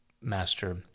master